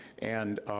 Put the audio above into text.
and